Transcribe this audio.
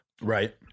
Right